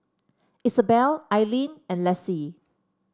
Isabelle Ailene and Lassie